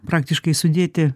praktiškai sudėti